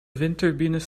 windturbines